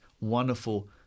wonderful